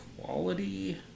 quality